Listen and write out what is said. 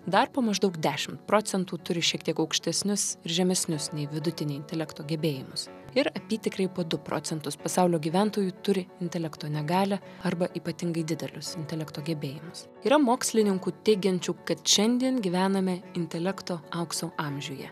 dar po maždaug dešimt procentų turi šiek tiek aukštesnius ir žemesnius nei vidutiniai intelekto gebėjimus ir apytikriai po du procentus pasaulio gyventojų turi intelekto negalią arba ypatingai didelius intelekto gebėjimus yra mokslininkų teigiančių kad šiandien gyvename intelekto aukso amžiuje